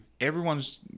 everyone's